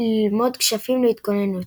לימוד כשפים להתגוננות.